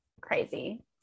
crazy